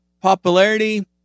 popularity